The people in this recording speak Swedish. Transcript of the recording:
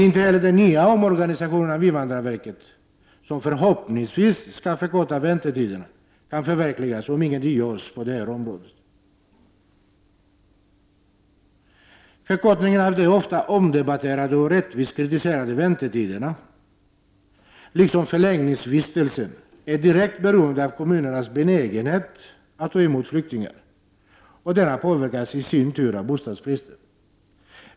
Inte heller den nya organisationen av invandrarverket, som förhoppningsvis skall förkorta väntetiden, kan förverkligas om ingenting görs på det här området. Förkortningen av de ofta omdebatterade och med rätta kritiserade väntetiderna, liksom av förläggningsvistelsetiden, är direkt beroende av kommunernas benägenhet att ta emot flyktingar. Denna påverkas i sin tur av bostadsbristen.